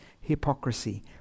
hypocrisy